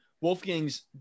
Wolfgang's